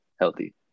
Healthy